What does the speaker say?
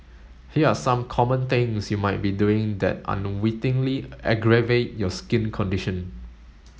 here are some common things you might be doing that unwittingly aggravate your skin condition